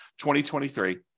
2023